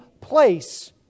place